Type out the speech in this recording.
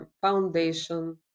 foundation